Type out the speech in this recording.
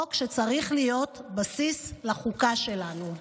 חוק שצריך להיות בסיס לחוקה שלנו.